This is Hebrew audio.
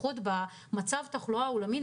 לפחות במצב התחלואה העולמי,